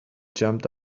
jumped